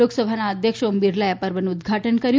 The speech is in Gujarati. લોકસભા અધ્યક્ષ ઓમ બિરલા એ આ પર્વનું ઉધ્ધાટન કર્યું